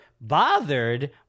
bothered